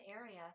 area